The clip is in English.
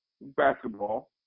basketball